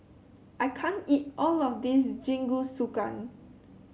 I can't eat all of this Jingisukan